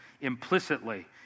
implicitly